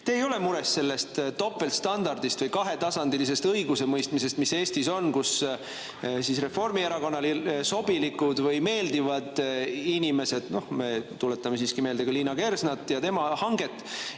te ei ole mures selle topeltstandardi või kahetasandilise õigusemõistmise pärast, mis Eestis on, kus Reformierakonnale sobilikud või meeldivad inimesed – me tuletame siiski meelde ka Liina Kersnat ja tema hanget